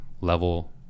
level